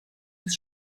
bis